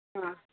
ആ